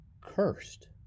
cursed